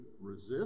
resist